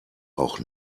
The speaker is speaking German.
auch